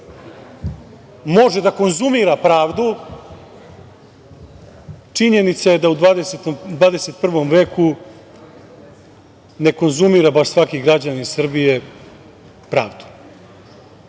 može da konzumira pravdu. Činjenica je da u 21. veku ne konzumira svaki građanin Srbije, pravdu. Kada